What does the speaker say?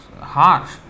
harsh